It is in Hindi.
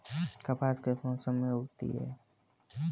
कपास किस मौसम में उगती है?